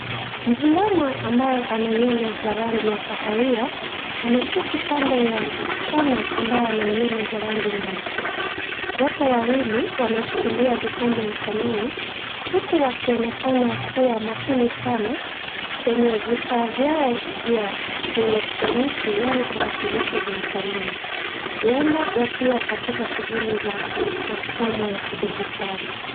Mvulana ambaye ana nywele za rangi ya kahawia ameketi kando ya msichana ambaye ana nywele za rangi nyeusi. Wote wawili wameshikilia vikombe mkononi huku wakionekana kuwa makini sana kwenye vifaa vyao vya kielektroniki yaani tarakilishi za mkononi. Huenda wakiwa katika shughuli za masomo ya kidijitali.